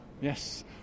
Yes